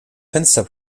fenster